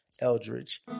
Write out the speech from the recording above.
Eldridge